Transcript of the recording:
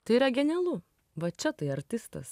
tai yra genialu va čia tai artistas